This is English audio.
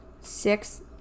six